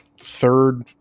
third